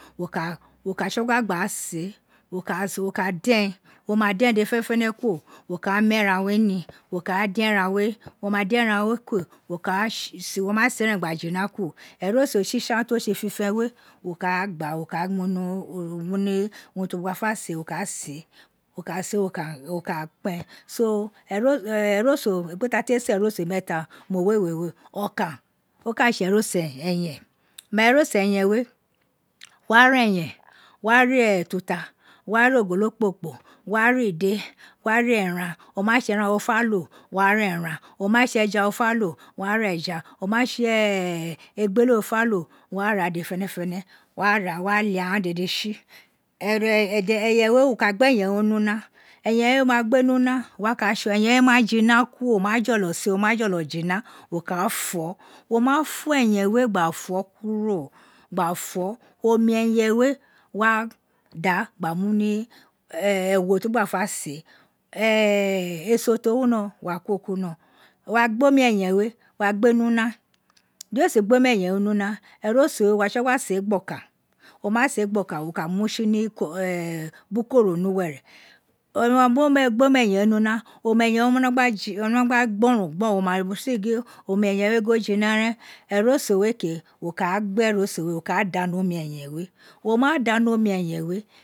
Wo ka tsogua gba se wo ka dan, wo ma den dede fenefene kuro, wo ka a mu eran nii wo ka ra den eran wo ma den eran we kuro, wo ka a wo ma se eren gba jina kuro eroso tsitsan to tse fi fen we wo ka a gba, wo ka a mu ni urun ti wo ma fe se wo ka a se wo ka kpen so eroso egbe ta te se eroso meeta mo wewe ro we okan o ka tse eroso efen mai eroso efen we wo wa ra eyea, wo wa ra ututa wo wa ra ogolo kpokporo, wo wa ra ide wo wa ra eran, o ma tse eran wo fa lo wo wa ra eran o ma tse, te ja wo fa lo wo ra eya o ma tse egbele wo fa lo, wo wa ra dede tsi eyen we wo ka gbe eyen wee ni una eyen we wo ma gbe ni una, wo wa ka yson, eyen we ma jina kuro wo ma jolo seê o me fo̱lo̱ jina, wo ka a fo wo ma fo eyen we gba fo kuro gba fo, omi eyen we wa da gba muni ewo ti wo gba fa see eso to wino wa ko kuri ino wo wa gbe omi eyen we, wa gbe ni una di we sin gbe omi ejen wo ni una, eroso we wo wa tsogua see gbokan, wo ma see gbokan, mo ka mutsi ni bukoro ni uwere wo gbe omieyen we ni una, omi eyen we ma wino gba ji gboron gboron wo ma feel gin omi efen wo wino gba o jina ren eroso we ke isa ka a gberoso we wo ka a da ni omi ejen we wo ma da ni omi eyen we